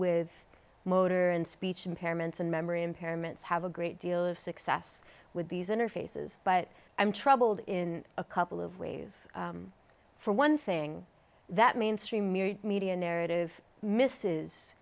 with motor and speech impairments and memory impairments have a great deal of success with these interfaces but i'm troubled in a couple of ways for one thing that mainstream media narrative miss